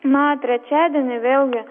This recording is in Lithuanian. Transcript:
na trečiadienį vėl gi